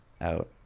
out